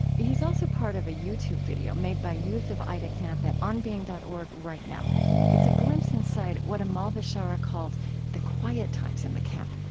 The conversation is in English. he's also part of a youtube video made by youth of aida camp at onbeing dot org right now it's a glimpse inside what amahl bishara called the quiet times in the camp,